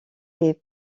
est